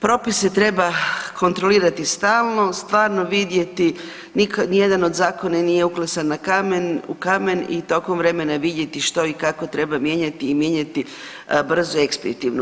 Propise treba kontrolirati stalno, stvarno vidjeti, nijedan od zakona nije uklesan na kamen, u kamen i tokom vremena vidjeti što i kako treba mijenjati i mijenjati brzo i ekspeditivno.